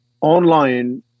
Online